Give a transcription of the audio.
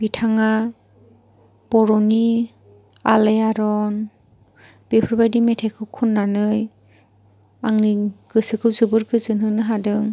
बिथाङा बर'नि आलायार'न बेफोरबायदि मेथाइखौ खननानै आंनि गोसोखौ जोबोद गोजोनहोनो हादों